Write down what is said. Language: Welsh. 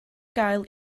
gael